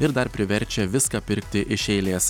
ir dar priverčia viską pirkti iš eilės